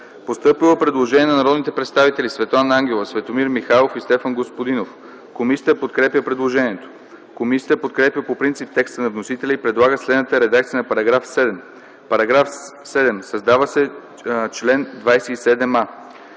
Постъпило е предложение от народните представители Светлана Ангелова, Светомир Михайлов и Стефан Господинов за § 7. Комисията подкрепя предложението. Комисията подкрепя по принцип текста на вносителя и предлага следната редакция на § 7: „§ 7. Създава се чл. 27а: